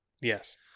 Yes